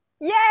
Yay